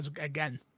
again